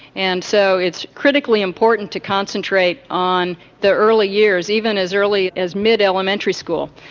and so it's critically important to concentrate on their early years, even as early as mid-elementary school.